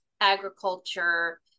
agriculture